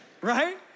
Right